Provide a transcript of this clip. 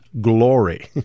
glory